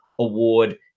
award